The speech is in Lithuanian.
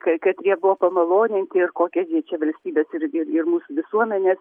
kai katrie buvo pamaloninti ir kokia gi čia valstybės ir ir ir mūsų visuomenė